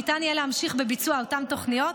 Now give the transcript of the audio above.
ניתן יהיה להמשיך בביצוע אותן תוכניות,